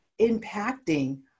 impacting